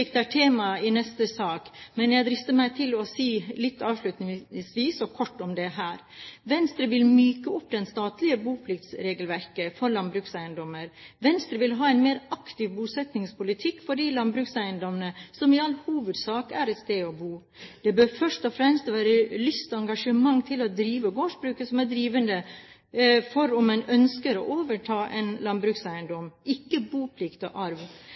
er tema i neste sak, men jeg drister meg avslutningsvis til å si litt kort om det her. Venstre vil myke opp det statlige bopliktsregelverket for landbrukseiendommer. Venstre vil ha en mer aktiv bosettingspolitikk for de landbrukseiendommene som i all hovedsak er et sted å bo. Det bør først og fremst være lyst og engasjement til å drive gårdsbruk som er drivende for om en ønsker å overta en landbrukseiendom, ikke boplikt og arv.